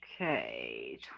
okay